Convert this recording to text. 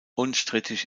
unstrittig